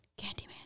Candyman